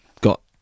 got